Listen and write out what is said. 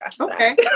Okay